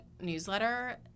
newsletter